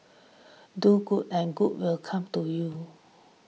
do good and good will come to you